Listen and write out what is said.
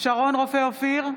שרון רופא אופיר,